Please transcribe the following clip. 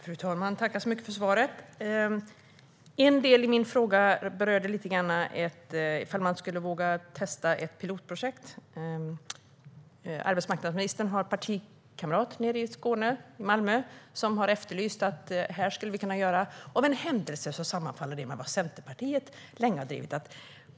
Fru talman! Tack så mycket för svaret! En del i min fråga handlade om ifall man skulle våga testa ett pilotprojekt. Arbetsmarknadsministern har en partikamrat nere i Skåne, i Malmö, som har efterlyst något som av en händelse sammanfaller med något som Centerpartiet länge har drivit.